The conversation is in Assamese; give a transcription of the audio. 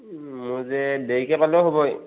মোৰ যে দেৰিকৈ পালেও হ'ব